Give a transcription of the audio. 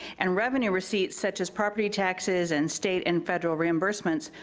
and revenue receipts such as property taxes and state and federal reimbursements,